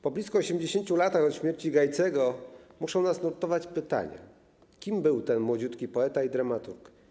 Po blisko 80 latach od śmierci Gajcego muszą nas nurtować pytania: Kim był ten młodziutki poeta i dramaturg?